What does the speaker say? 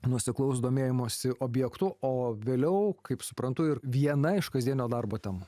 nuoseklaus domėjimosi objektu o vėliau kaip suprantu ir viena iš kasdienio darbo temų